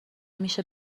میشه